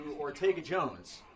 Ortega-Jones